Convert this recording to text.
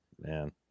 Man